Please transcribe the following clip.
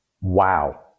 wow